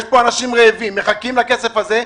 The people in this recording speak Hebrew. יש פה אנשים רעבים שמחכים לכסף הזה.